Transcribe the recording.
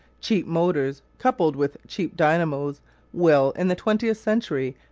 cheap motors coupled with cheap dynamos will, in the twentieth century,